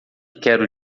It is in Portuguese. quero